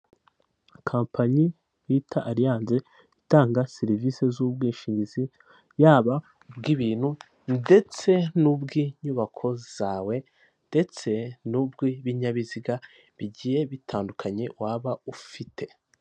Kampanyi bita Ariyanse itanga serivisi z'ubwishingizi . Yaba ubw'ibintu ndetse n'ubw'inyubako zawe. Ndetse n 'ubw'ibinyabiziga bigiye bitandukanye waba ufite.